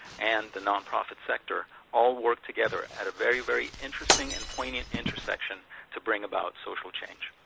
and the nonprofit sector all work together at a very, very interesting and poignant intersection to bring about social change.